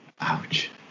Ouch